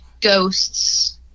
ghosts